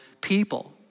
people